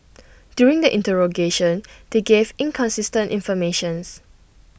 during the interrogation they gave inconsistent information